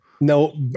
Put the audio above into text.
no